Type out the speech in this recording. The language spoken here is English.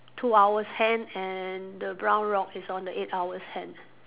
two hours hand and the brown rock is on the eight hours hand